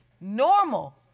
normal